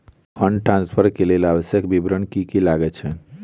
Fund transfer केँ लेल आवश्यक विवरण की की लागै छै?